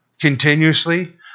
continuously